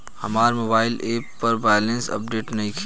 हमार mobile app पर balance update नइखे